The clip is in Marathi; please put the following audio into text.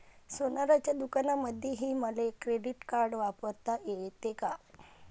सोनाराच्या दुकानामंधीही मले क्रेडिट कार्ड वापरता येते का?